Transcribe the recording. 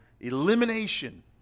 elimination